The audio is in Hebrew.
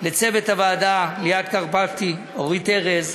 לצוות הוועדה: ליאת קרפטי, אורית ארז,